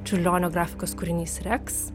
čiurlionio grafikos kūrinys reks